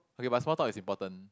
okay but small talk is important